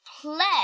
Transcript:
play